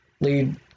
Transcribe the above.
lead